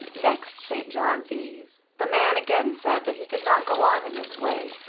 next st. john's eve the man again said that he could not go on in this way,